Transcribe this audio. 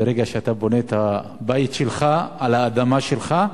ברגע שאתה בונה את הבית שלך על האדמה שלך.